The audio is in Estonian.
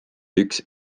üks